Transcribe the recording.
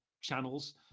channels